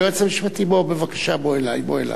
היועץ המשפטי, בוא אלי בבקשה.